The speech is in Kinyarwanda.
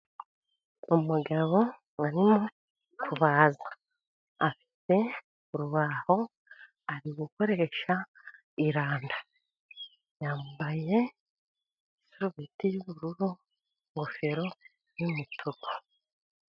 Umugabo arimo kubaza, afite urubaho ari gukoresha iranda. Yambaye isarubeti y'ubururu, ingofero y'umutuku.